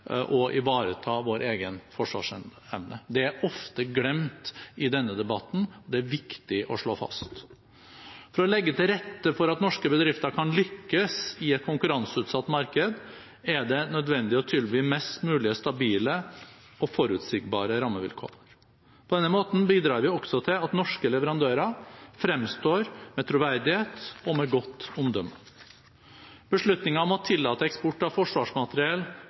og ivareta vår egen forsvarsevne. Det er ofte glemt i denne debatten. Det er det viktig å slå fast. For å legge til rette for at norske bedrifter kan lykkes i et konkurranseutsatt marked, er det nødvendig å tilby mest mulig stabile og forutsigbare rammevilkår. På denne måten bidrar vi også til at norske leverandører fremstår med troverdighet og med godt omdømme. Beslutningen om å tillate eksport av forsvarsmateriell